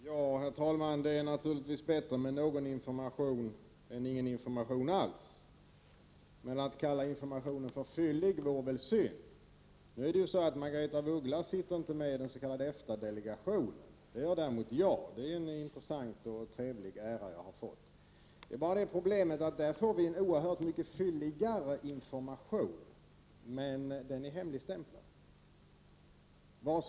Herr talman! Det är naturligtvis bättre med någon information än ingen alls. Men att kalla Anita Gradins information för fyllig vore väl synd. Margaretha af Ugglas sitter inte med i den s.k. EFTA-delegationen — det gör däremot jag. Det är en intressant och trevlig ära jag har fått. Problemet är att där får vi en oerhört mycket fylligare information, men den är hemligstämplad.